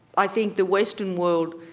i think the western world,